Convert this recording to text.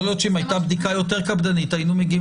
יכול להיות שאם הייתה בדיקה יותר קפדנית היינו מגיעים